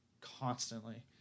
constantly